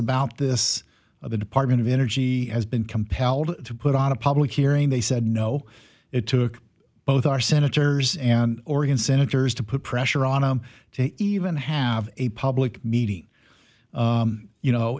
about this the department of energy has been compelled to put on a public hearing they said no it took both our senators and oregon senators to put pressure on him to even have a public meeting you know